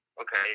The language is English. Okay